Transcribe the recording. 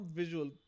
visual